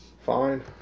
Fine